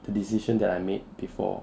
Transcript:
the decision that I made before